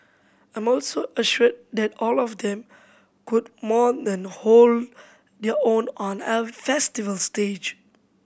I'm also assured that all of them could more than hold their own on a festival stage